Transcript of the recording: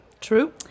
True